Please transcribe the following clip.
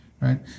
Right